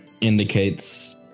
indicates